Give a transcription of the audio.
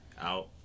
out